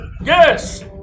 yes